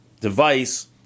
device